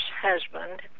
husband